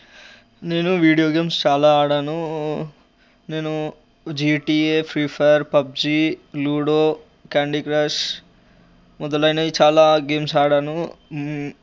నేను video games చాలా ఆడాను నేను GTA Free Fire PUBG Ludo Candy Crush మొదలైనవి చాలా గేమ్స్ ఆడాను